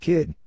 Kid